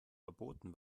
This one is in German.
verboten